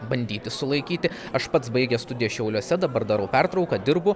bandyti sulaikyti aš pats baigęs studijas šiauliuose dabar darau pertrauką dirbu